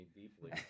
deeply